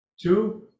Two